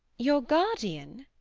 your guardian?